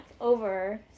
over